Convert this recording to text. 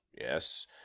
yes